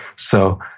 so,